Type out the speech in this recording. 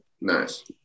Nice